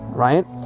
right?